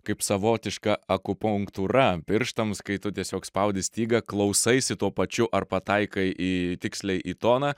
kaip savotiška akupunktūra pirštams kai tu tiesiog spaudi stygą klausaisi tuo pačiu ar pataikai į tiksliai į toną